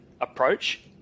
approach